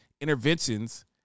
interventions